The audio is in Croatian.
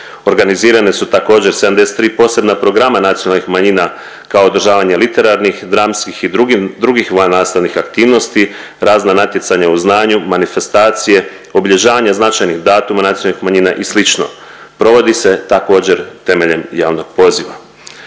Organizirane su također 73 posebna programa nacionalnih manjina kao održavanje literarnih, dramskih i drugih vannastavnih aktivnosti, razna natjecanja u znanju, manifestacije, obilježavanje značajnih datuma nacionalnih manjina i sl. provodi se također temeljem javnog poziva.